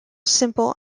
simple